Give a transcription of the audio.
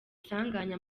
sanganya